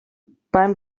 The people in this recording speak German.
beim